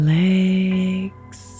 legs